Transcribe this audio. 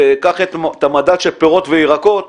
קח את המדד של פירות וירקות.